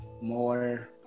more